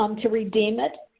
um to redeem it,